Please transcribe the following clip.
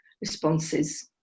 responses